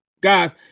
Guys